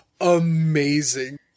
amazing